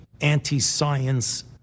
anti-science